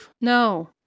No